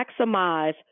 maximize